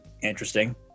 Interesting